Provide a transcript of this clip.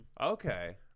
Okay